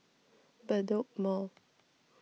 Bedok Mall